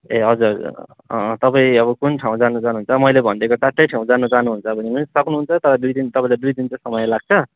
ए हजुर हजुर अँ अँ तपाईँ अब कुन ठाउँ जानु चहानुहुन्छ मैले भनिदिएको चारवटै ठाउँ जानु चहानुहुन्छ भने पनि सक्नुहुन्छ तर दुई दिन तपाईँलाई दुई दिन चाहिँ समय लाग्छ